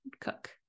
cook